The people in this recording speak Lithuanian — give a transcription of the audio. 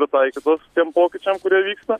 pritaikytos tiem pokyčiam kurie vyksta